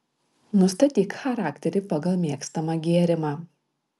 nustatyk charakterį pagal mėgstamą gėrimą